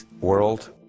world